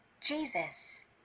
Jesus